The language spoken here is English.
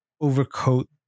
overcoat